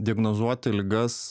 diagnozuoti ligas